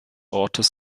ortes